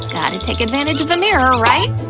gotta take advantage of a mirror, right?